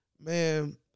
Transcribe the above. man